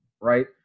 right